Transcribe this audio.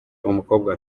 umukobwa